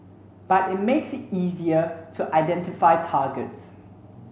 but it makes it easier to identify targets